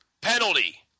penalty